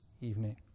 evening